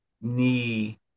knee